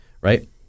Right